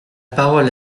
parole